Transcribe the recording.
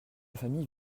famille